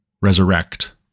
resurrect